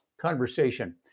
conversation